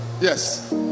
yes